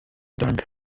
dank